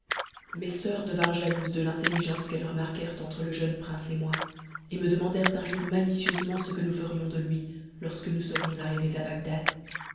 mes soeurs devinrent jalouses de l'intelligence qu'elles remarquèrent entre le jeune prince et moi et me demandèrent un jour malicieusement ce que nous ferions de lui lorsque nous serions arrivées à bagdad